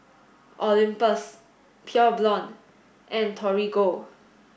Olympus Pure Blonde and Torigo